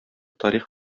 тарих